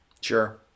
Sure